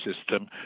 system